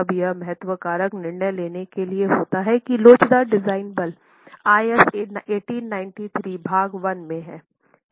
अब यह महत्व कारक निर्णय लेने के लिए होता है की लोचदार डिजाइन बल IS 1893 भाग 1 में हैं